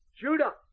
Judah